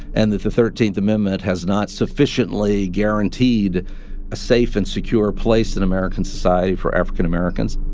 and that the thirteenth amendment has not sufficiently guaranteed a safe and secure place in american society for african americans